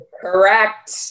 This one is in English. Correct